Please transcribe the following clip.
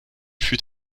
fut